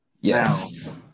Yes